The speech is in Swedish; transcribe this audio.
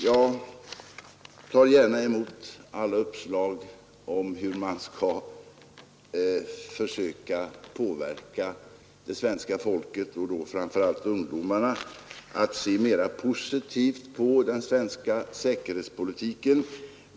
Jag tar gärna emot alla uppslag om hur man skall försöka påverka det svenska folket, och då framför allt ungdomarna, för att få dem att se mera positivt på den svenska säkerhetspolitiken.